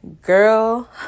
Girl